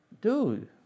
Dude